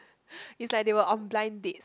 it's like they were on blind dates